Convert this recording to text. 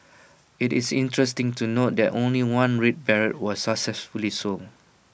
IT is interesting to note that only one red beret was successfully sold